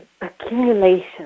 accumulation